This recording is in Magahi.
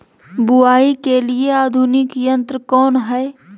बुवाई के लिए आधुनिक यंत्र कौन हैय?